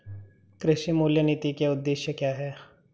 कृषि मूल्य नीति के उद्देश्य क्या है?